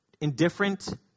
indifferent